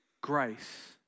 grace